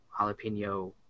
jalapeno